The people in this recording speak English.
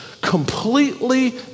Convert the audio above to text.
completely